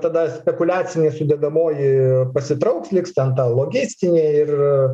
tada spekuliacinė sudedamoji pasitrauks liks ten ta logistinė ir